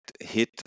hit